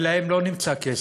ולהם לא נמצא כסף: